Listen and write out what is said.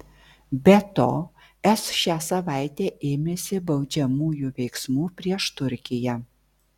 be to es šią savaitę ėmėsi baudžiamųjų veiksmų prieš turkiją